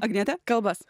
agnete kalbas